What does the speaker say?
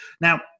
Now